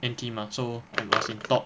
N_T mah so was in top